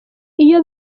iyo